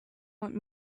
want